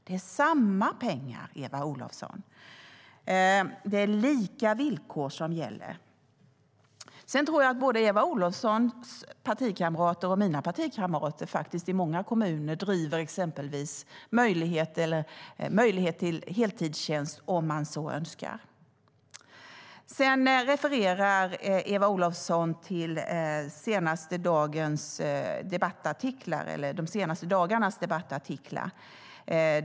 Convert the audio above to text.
Det är samma pengar, Eva Olofsson, och det är lika villkor som gäller. Jag tror att både Eva Olofssons och mina partikamrater i många kommuner driver exempelvis möjligheten till heltidstjänst om man så önskar. Eva Olofsson refererar till de senaste dagarnas debattartiklar.